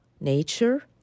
nature